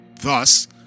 Thus